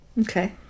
Okay